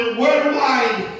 worldwide